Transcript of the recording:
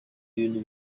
ibintu